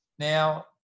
Now